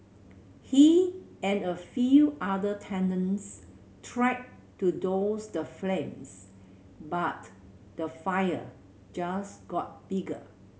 he and a few other tenants tried to douse the flames but the fire just got bigger